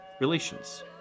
relations